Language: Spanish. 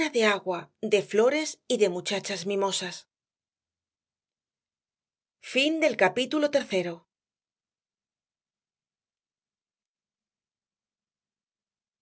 de agua de flores y de muchachas mimosas